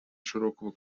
широкого